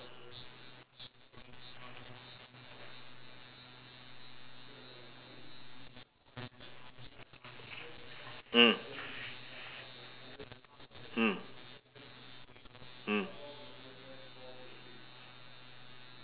mm mm mm